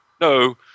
no